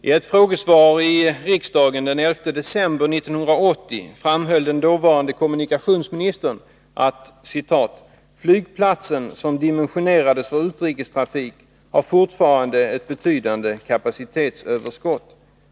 I ett frågesvar i riksdagen den 11 december 1980 framhöll den dåvarande kommunikationsministern: ”Flygplatsen, som dimensionerades för utrikestrafik, har fortfarande ett betydande kapacitetsöverskott.